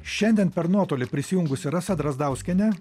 šiandien per nuotolį prisijungusi rasa drazdauskienė